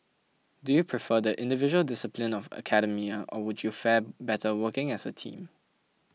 do you prefer the individual discipline of academia or would you fare better working as a team